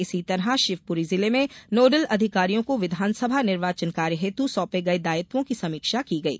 इसी तरह शिवपुरी जिले में नोडल अधिकारियों को विधानसभा निर्वाचन कार्य हेतु सौंपे गए दायित्वों की समीक्षा की गई